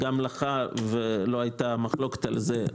גם לך לא הייתה מחלוקת על זה.